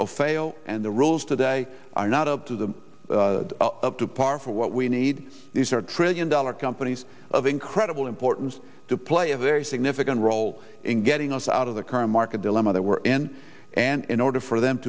of fail and the rules today are not up to them up to par for what we need is or trillion dollar companies of incredible importance to play a very significant role in getting us out of the current market dilemma that we're in and in order for them